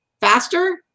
faster